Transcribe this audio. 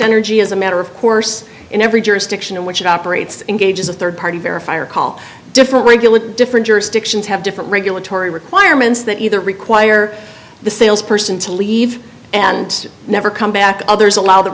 energy is a matter of course in every jurisdiction in which it operates engages a rd party verifier called different regular different jurisdictions have different regulatory requirements that either require the sales person to leave and never come back others allow the